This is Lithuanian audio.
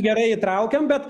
gerai įtraukiam bet